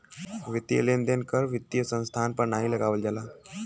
वित्तीय लेन देन कर वित्तीय संस्थान पर नाहीं लगावल जाला